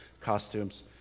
costumes